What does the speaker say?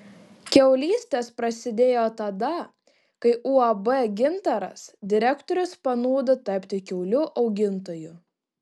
kiaulystės prasidėjo tada kai uab gintaras direktorius panūdo tapti kiaulių augintoju